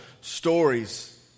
stories